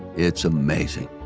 it's amazing.